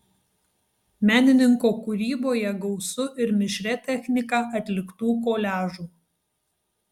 menininko kūryboje gausu ir mišria technika atliktų koliažų